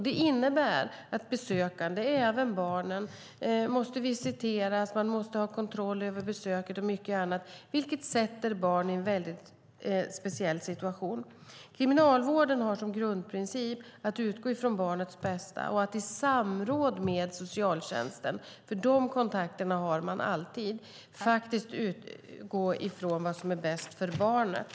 Det innebär att även besökande barn måste visiteras, att man måste ha kontroll över besöket och annat, vilket sätter barnen i en speciell situation. Kriminalvården har som grundprincip att utgå från barnets bästa och att i samråd med socialtjänsten, för de kontakterna har man alltid, utgå från vad som är bäst för barnet.